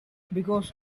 because